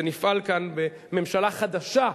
ונפעל כאן בממשלה חדשה,